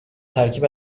ترکیب